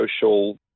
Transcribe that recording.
social